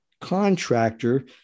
contractor